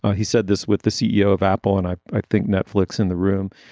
ah he said this with the ceo of apple and i i think netflix in the room.